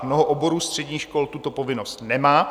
Mnoho oborů středních škol tuto povinnost nemá.